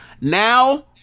Now